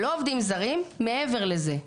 לא עובדים זרים, מעבר לזה.